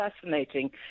fascinating